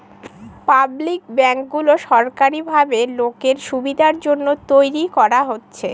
public ব্যাঙ্কগুলো সরকারি ভাবে লোকের সুবিধার জন্য তৈরী করা হচ্ছে